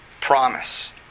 promise